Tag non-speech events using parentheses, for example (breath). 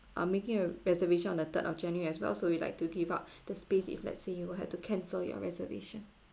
uh making a reservation on the third of january as well so we like to give up (breath) the space if let say you would have to cancel your reservation